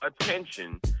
attention